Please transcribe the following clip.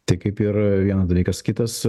tai kaip ir vienas dalykas kitas